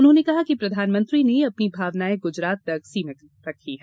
उन्होंने कहा कि प्रधानमंत्री ने अपनी भावनाए गुजरात तक सीमित रखी है